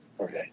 Okay